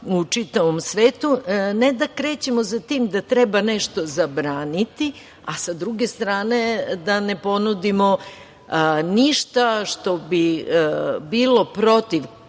u čitavom svetu. Ne da krećemo za tim da treba nešto zabraniti, a sa druge strane da ne ponudimo ništa što bi bilo protiv